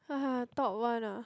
!haha! top one ah